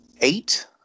Eight